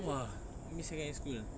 !wah! I'm missing high school ah